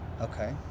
Okay